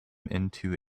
into